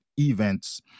events